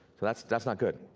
so that's that's not good,